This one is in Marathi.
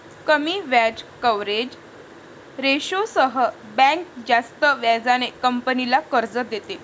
कमी व्याज कव्हरेज रेशोसह बँक जास्त व्याजाने कंपनीला कर्ज देते